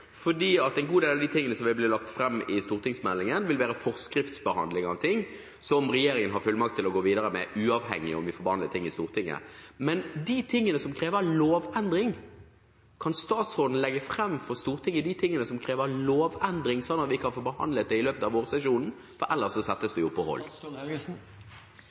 fordi en god del av de tingene som vil bli lagt fram i stortingsmeldingen, vil være forskriftsbehandling av ting som regjeringen har fullmakt til å gå videre med, uavhengig av om vi får behandlet ting i Stortinget. Men når det gjelder det som krever lovendring, kan statsråden legge det fram for Stortinget, slik at vi kan få behandlet det i løpet av vårsesjonen – for ellers settes det jo på hold?